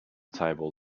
table